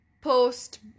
post